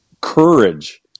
courage